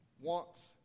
wants